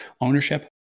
ownership